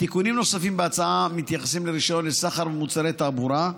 תיקונים נוספים בהצעה מתייחסים לרישיון לסחר במוצרי תעבורה.